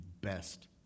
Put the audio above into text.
best